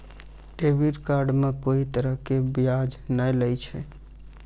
debit card मे कोई तरह के ब्याज नाय लागै छै